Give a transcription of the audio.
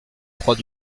croix